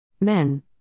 Men